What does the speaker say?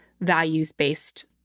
values-based